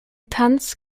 tanz